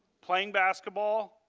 playing basketball,